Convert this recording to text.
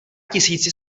tisíci